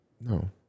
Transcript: No